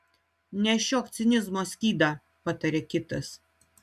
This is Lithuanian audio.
nešiok cinizmo skydą pataria kitas